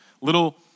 Little